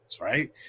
right